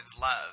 love